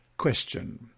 Question